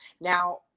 Now